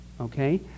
Okay